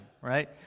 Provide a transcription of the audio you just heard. right